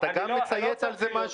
אתה מצייץ גם על זה משהו?